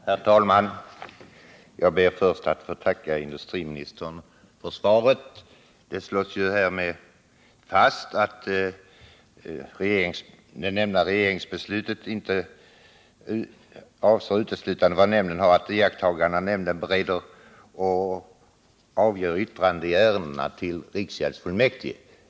Herr talman! Jag ber först att få tacka industriministern för svaret. Det slås där fast att det regeringsbeslut som jag har frågat om avser uteslutande vad nämnden har att iaktta när den bereder ärenden och avger yttranden till riksgäldsfullmäktige.